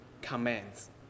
commands